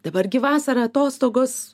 dabar gi vasara atostogos